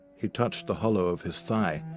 he touched the hollow of his thigh,